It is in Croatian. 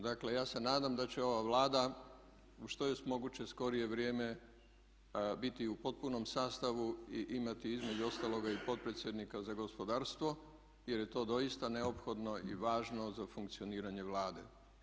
Dakle, ja se nadam da će ova Vlada u što je moguće skorije vrijeme biti u potpunom sastavu i imati između ostaloga i potpredsjednika za gospodarstvo jer je to doista neophodno i važno za funkcioniranje Vlade.